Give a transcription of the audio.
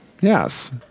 Yes